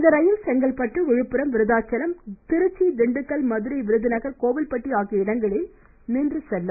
இந்த ரயில் செங்கல்பட்டு விழுப்புரம் விருதாச்சலம் திருச்சி திண்டுக்கல் மதுரை விருதுநகர் கோவில்பட்டி ஆகிய இடங்களில் நின்று செல்லும்